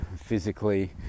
physically